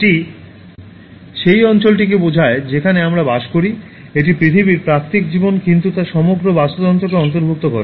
এটি সেই অঞ্চলটিকে বোঝায় যেখানে আমরা বাস করি এটি পৃথিবীর প্রাকৃতিক জীবন কিন্তু তা সমগ্র বাস্তুতন্ত্রকে অন্তর্ভুক্ত করে